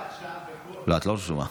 לא, את לא רשומה.